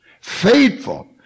Faithful